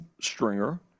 stringer